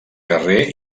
carrer